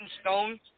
stone